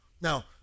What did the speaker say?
Now